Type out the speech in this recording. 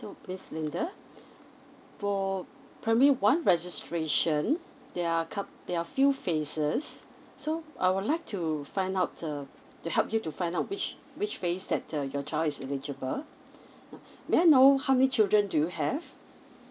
so miss linda for primary one registration there are a cou~ there are few phases so I would like to find out uh to help you to find out which which phase that uh your child is eligible may I know how many children do you have